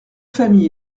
familles